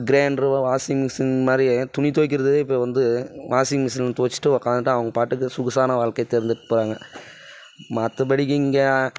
கிரைண்ட்ரூம் washing machine இந்த மாதிரி துணி துவைக்கிறதே இப்போ வந்து வாஷிங் மிஷினில் துவச்சிட்டு உட்காந்துட்டு அவங்க பாட்டுக்கு சொகுசான வாழ்க்கையே தேர்ந்தெடுத்துப்பாங்க மற்றபடிகி இங்கே